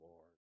Lord